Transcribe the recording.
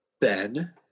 ben